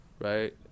Right